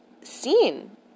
seen